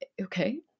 okay